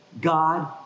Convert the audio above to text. God